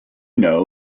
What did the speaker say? know